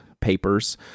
papers